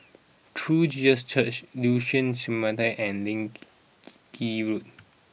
True Jesus Church Liuxun and Lee Keng Road